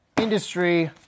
industry